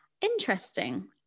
interesting